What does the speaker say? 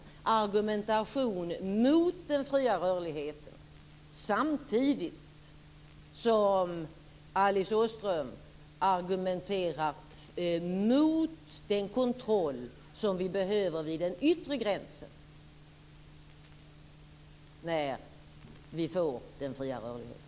Det var en argumentation mot den fria rörligheten, samtidigt som Alice Åström argumenterat mot den kontroll som vi behöver vid den yttre gränsen när vi får den fria rörligheten.